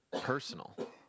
personal